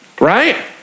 right